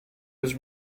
was